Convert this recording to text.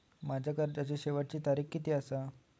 माझ्या कर्जाची शेवटची तारीख किती आसा?